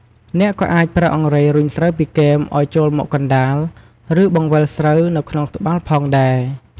អ្នកក៏អាចប្រើអង្រែរុញស្រូវពីគែមឲ្យចូលមកកណ្តាល ឬបង្វិលស្រូវនៅក្នុងត្បាល់ផងដែរ។